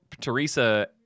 Teresa